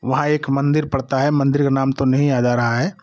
वहाँ एक मंदिर पड़ता है मंदिर का नाम तो नहीं याद आ रहा है